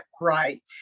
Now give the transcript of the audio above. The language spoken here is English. right